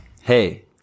Hey